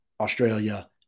Australia